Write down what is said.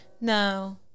no